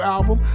Album